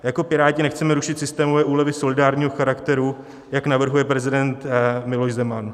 Jako Piráti nechceme rušit systémové úlevy solidárního charakteru, jak navrhuje prezident Miloš Zeman.